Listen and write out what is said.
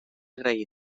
agraïda